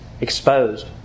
exposed